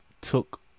Took